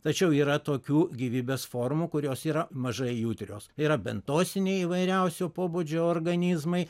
tačiau yra tokių gyvybės formų kurios yra mažai judrios yra bentosiniai įvairiausių pobūdžio organizmai